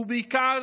ובעיקר